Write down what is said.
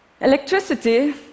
Electricity